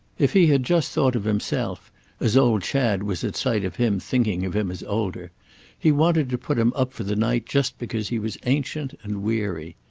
if he had just thought of himself as old chad was at sight of him thinking of him as older he wanted to put him up for the night just because he was ancient and weary.